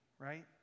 right